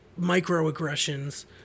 microaggressions